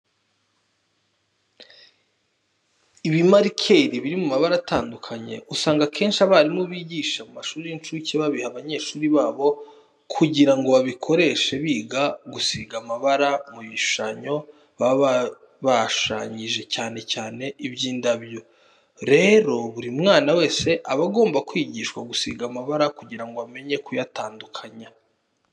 Ibimarikeri biri mu mabara atandukanye, usanga akenshi abarimu bigisha mu mashuri y'incuke babiha abanyeshuri babo kugira ngo babikoreshe biga gusiga amabara mu bishushanyo baba bashyushanyije cyane cyane iby'indabo. Rero buri mwana wese aba agomba kwigishwa gusiga amabara kugira ngo amenye kuyatandukanya.